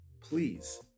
Please